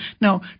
Now